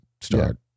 start